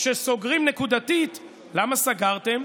כשסוגרים נקודתית, למה סגרתם?